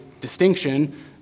distinction